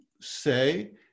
say